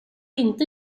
inte